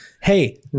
Hey